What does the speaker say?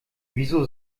wieso